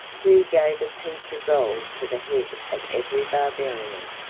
who gave a piece of gold for the head of every barbarian.